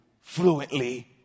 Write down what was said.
fluently